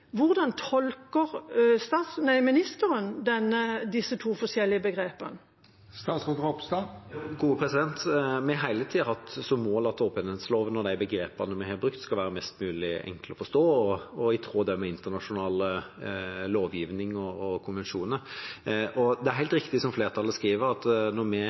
Hvordan tolker statsråden disse to forskjellige begrepene? Vi har hele tida hatt som mål at åpenhetsloven og de begrepene vi har brukt, skal være enklest mulig å forstå og i tråd med internasjonal lovgivning og konvensjoner. Det er helt riktig, som flertallet skriver, at